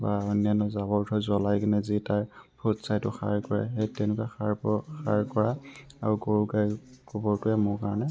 বা অন্যান্য জাবৰ যোথৰ জ্বলাই কিনে যি তাৰ ফুট ছাইটো সাৰ কৰে সেই তেনেকুৱা সাৰ পৰা সাৰ কৰা আৰু গৰু গাই গোবৰটোৱে মোৰ কাৰণে